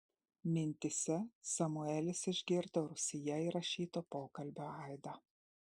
mintyse samuelis išgirdo rūsyje įrašyto pokalbio aidą